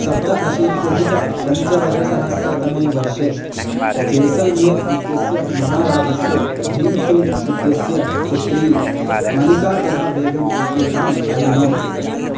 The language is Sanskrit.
सप्ताशीत्यधिकपञ्चदशसहस्रतमे वर्षे जैसल्मेर् इत्यस्य महाराजस्य भीमसिङ्घ् इत्यस्य पुत्रीं मलिकाजहाबेगम् इत्येताम् अवृणोत्